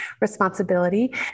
responsibility